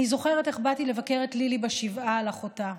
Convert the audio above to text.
אני זוכרת איך באתי לבקר את לילי בשבעה על אחותה,